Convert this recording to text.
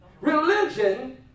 religion